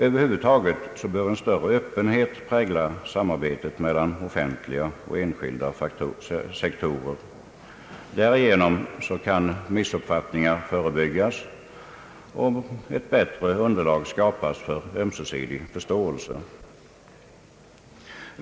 Över huvud taget bör en större öppenhet prägla samarbetet mellan offentliga och enskilda sektorer. Därigenom kan missuppfattningar förebyggas och ett bättre underlag skapas för ömsesidig förståelse.